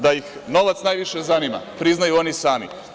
Da ih novac najviše zanima, priznaju oni sami.